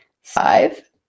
Five